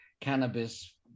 cannabis